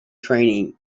training